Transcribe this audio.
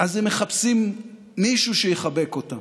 אז הם מחפשים מישהו שיחבק אותם.